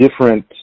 different